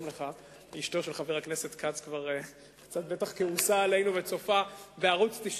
אשתו של חבר הכנסת כץ כבר בטח כעוסה עלינו וצופה בערוץ-99,